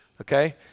okay